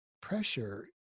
pressure